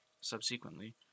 subsequently